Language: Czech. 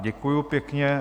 Děkuji pěkně.